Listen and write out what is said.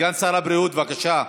סגן שר הבריאות, בבקשה.